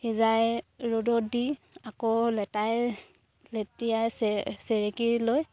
সিজাই ৰ'দত দি আকৌ লেটাই লেটিয়াই চেৰে চেৰেকী লৈ